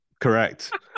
Correct